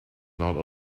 not